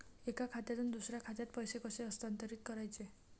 एका खात्यातून दुसऱ्या खात्यात पैसे कसे हस्तांतरित करायचे